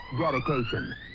dedication